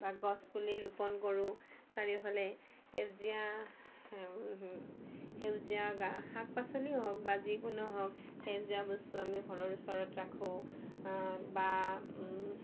বা গছপুলি ৰোপণ কৰোঁ চাৰিওফালে সেউজীয়া সেউজীয়া গা শাক পাচলি হওক বা যিকোনো হওক সেউজীয়া বস্তু আমি ঘৰৰ ওচৰত ৰাখোঁ বা